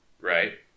Right